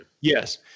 Yes